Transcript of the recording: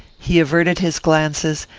he averted his glances,